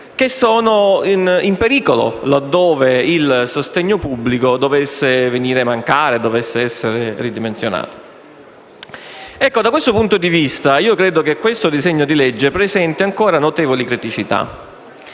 che sarebbero in pericolo laddove il sostegno pubblico dovesse venire a mancare o essere ridimensionato. Da questo punto di vista, credo che il disegno di legge in esame presenti ancora notevoli criticità.